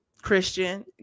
Christian